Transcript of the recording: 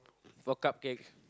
for cupcakes